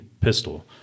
pistol